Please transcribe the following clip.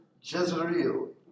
Jezreel